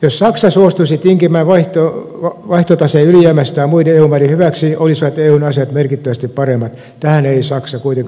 jos saksa suostuisi tinkimään vaihtotaseen ylijäämästään muiden eu maiden hyväksi olisivat eun asiat merkittävästi paremmin tähän ei saksa kuitenkaan suostu